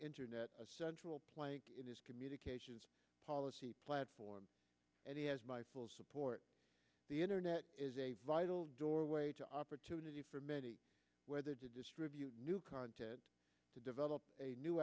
internet a central plank in his communications policy platform and he has my full support the internet is a vital doorway to opportunity for many whether to distribute new content to develop a new